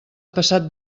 passat